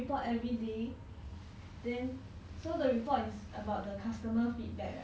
then so the report is about the customer feedback ah